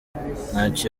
ntacyo